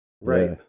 Right